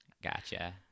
Gotcha